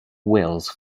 wills